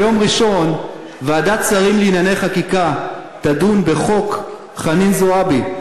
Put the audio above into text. ביום ראשון ועדת שרים לענייני חקיקה תדון בחוק חנין זועבי.